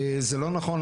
זה לא נכון.